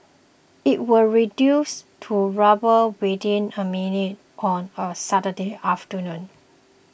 it was reduced to rubble within a minute on a Saturday afternoon